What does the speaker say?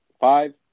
five